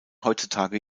heutzutage